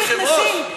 לאן הם נכנסים.